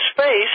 space